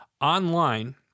online